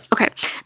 okay